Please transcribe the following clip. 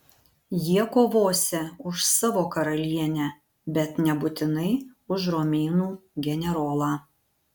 jie kovosią už savo karalienę bet nebūtinai už romėnų generolą